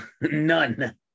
None